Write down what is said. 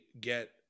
get